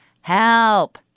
Help